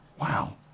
Wow